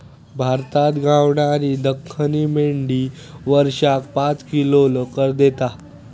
भारतात गावणारी दख्खनी मेंढी वर्षाक पाच किलो लोकर देता